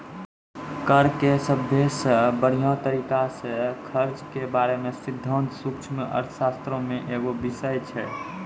कर के सभ्भे से बढ़िया तरिका से खर्च के बारे मे सिद्धांत सूक्ष्म अर्थशास्त्रो मे एगो बिषय छै